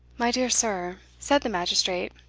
my dear sir, said the magistrate,